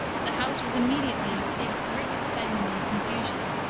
the house was immediately in a state of great excitement and confusion.